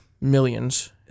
Millions